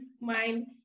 mind